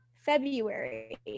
February